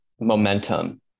momentum